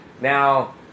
Now